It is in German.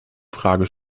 frage